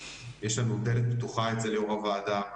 יש לנו דלת פתוחה אצל יו"ר הוועדה.